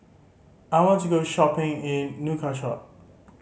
I want to go shopping in Nouakchott